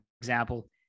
example